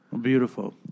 Beautiful